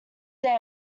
day